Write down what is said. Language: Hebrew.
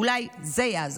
אולי זה יעזור.